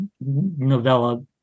novella